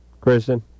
Kristen